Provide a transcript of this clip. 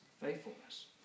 faithfulness